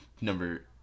Number